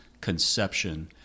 conception